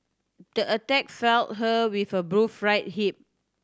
the attack felt her with a right hip